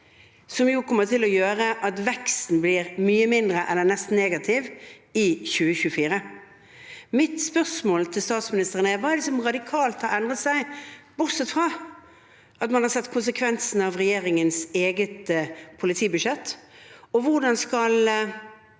som jo kommer til å gjøre at veksten blir mye mindre eller nesten negativ i 2024. Mine spørsmål til statsministeren er: Hva er det som radikalt har endret seg, bortsett fra at man har sett konsekvensen av regjeringens eget politibudsjett? Og hvordan skal